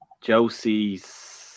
Josie's